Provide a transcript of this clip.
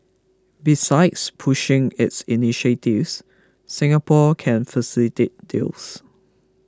besides pushing its initiatives Singapore can facilitate deals